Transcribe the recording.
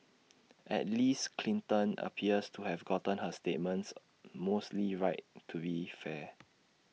at least Clinton appears to have gotten her statements mostly right to be fair